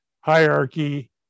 hierarchy